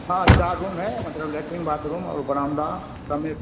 हाँ चार रूम है मतलब लैट्रिन बाथरूम और बरामदा सब में